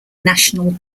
national